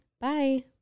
Bye